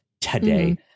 today